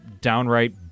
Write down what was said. downright